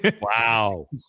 Wow